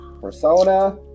persona